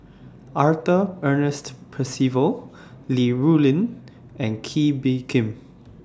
Arthur Ernest Percival Li Rulin and Kee Bee Khim